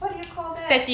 what do you call that